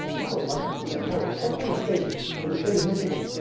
not elections, what do you call it, secretary of state for the state of michigan?